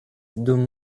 dum